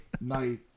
night